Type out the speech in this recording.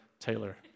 Taylor